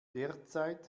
derzeit